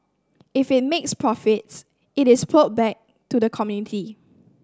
if it makes profits it is ploughed back to the community